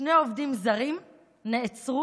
שני עובדים זרים נעצרו